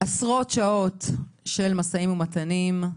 היו עשרות שעות של משאים ומתנים,